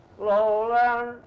lowland